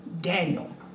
Daniel